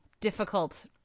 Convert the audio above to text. difficult